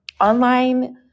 online